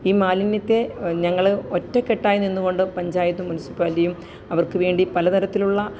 ഈ മാലിന്യത്തെ ഞങ്ങൾ ഒറ്റക്കെട്ടായി നിന്നുകൊണ്ട് പഞ്ചായത്തും മുന്സിപ്പാലിറ്റിയും അവര്ക്കു വേണ്ടി പല തരത്തിലുള്ള